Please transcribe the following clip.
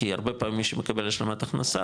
כי הרבה פעמים מי שמקבל השלמת הכנסה,